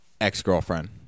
ex-girlfriend